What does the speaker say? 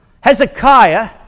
hezekiah